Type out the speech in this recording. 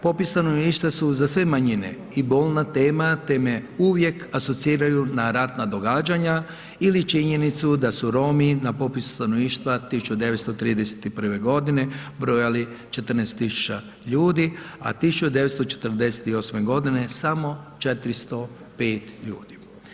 Popis stanovništva su za sve manjine i bolna tema te me uvijek asociraju na ratna događa ili činjenicu da su Romi na popisu stanovništva 1931. godine brojali 14000 ljudi, a 1948.g. samo 405 ljudi.